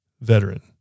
VETERAN